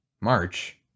March